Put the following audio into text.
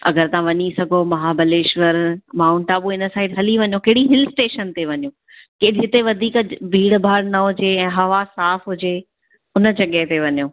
अगरि तव्हां वञी सघो महाबलेश्वर माउंट आबू इन साइड हली वञो कहिड़ी हिल स्टेशन ते वञो के जिते वधीक भीड़ भाड़ न हुजे ऐं हवा साफ़ हुजे उन जॻाह ते वञो